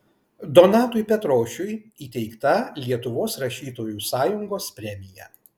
donatui petrošiui įteikta lietuvos rašytojų sąjungos premija